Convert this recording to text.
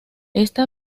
esta